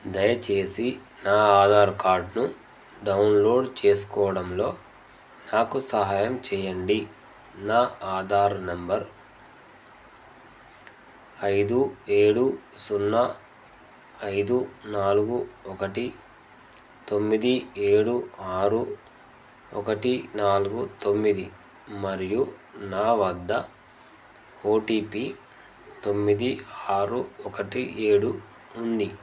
దయచేసి నా ఆధార్ కార్డ్ను డౌన్లోడ్ చేసుకోవడంలో నాకు సహాయం చెయ్యండి నా ఆధార్ నెంబర్ ఐదు ఏడు సున్నా ఐదు నాలుగు ఒకటి తొమ్మిది ఏడు ఆరు ఒకటి నాలుగు తొమ్మిది మరియు నా వద్ద ఓటీపి తొమ్మిది ఆరు ఒకటి ఏడు ఉంది